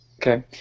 Okay